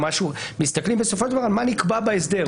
אבל מסתכלים בסופו של דבר על מה נקבע בהסדר,